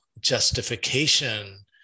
justification